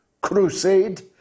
crusade